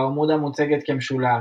ברמודה מוצגת כמשולש.